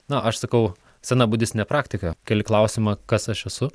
na aš sakau sena budistinė praktika keli klausimą kas aš esu